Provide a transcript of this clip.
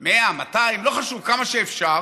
100, 200 לא חשוב, כמה שאפשר,